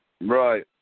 Right